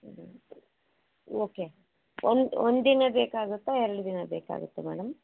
okay ಒಂದು ಒಂದಿನ ಬೇಕಾಗುತ್ತಾ ಎರಡು ದಿನ ಬೇಕಾಗುತ್ತಾ ಮೇಡಮ್